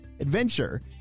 Adventure